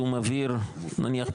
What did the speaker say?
נניח,